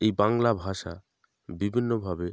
এই বাংলা ভাষা বিভিন্নভাবে